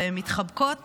והן מתחבקות